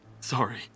Sorry